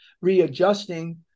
readjusting